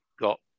got